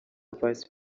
vice